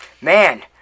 Man